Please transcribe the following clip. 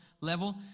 level